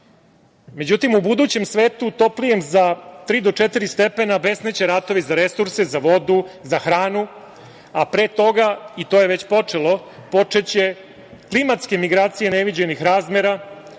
Etiopiji.Međutim, u budućem svetu, toplijem za tri do četiri stepena, besneće ratovi za resurse, za vodu, za hranu, a pre toga, i to je već počelo, počeće klimatske migracije neviđenih razmera,